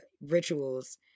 rituals